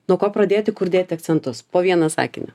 nuo ko pradėti kur dėti akcentus po vieną sakinį